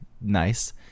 nice